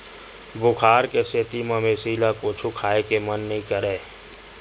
बुखार के सेती मवेशी ल कुछु खाए के मन नइ करय